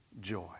joy